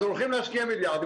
אז הולכים להשקיע מיליארדים,